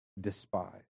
despise